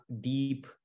deep